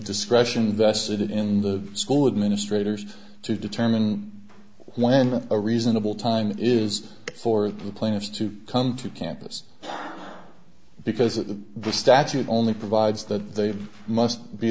discretion vested in the school administrators to determine when a reasonable time is for the plaintiff to come to campus because the statute only provides that they must be